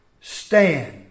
stand